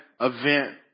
event